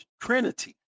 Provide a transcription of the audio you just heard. Trinity